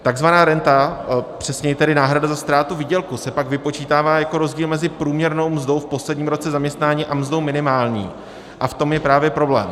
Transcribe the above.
Takzvaná renta, přesněji tedy náhrada za ztrátu výdělku, se pak vypočítává jako rozdíl mezi průměrnou mzdou v posledním roce zaměstnání a mzdou minimální a v tom je právě problém.